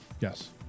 Yes